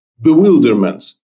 bewilderment